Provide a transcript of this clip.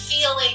feeling